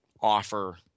offer